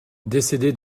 décédé